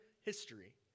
history